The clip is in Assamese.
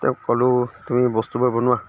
তেওঁক ক'লোঁ তুমি বস্তুবোৰ বনোৱা